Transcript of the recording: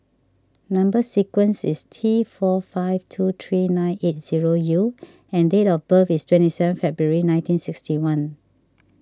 Number Sequence is T four five two three nine eight zero U and date of birth is twenty seven February nineteen sixty one